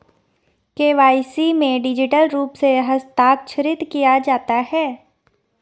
KYC में digital रूप से हस्ताक्षरित किया जाता है